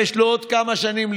ההסתייגות (213)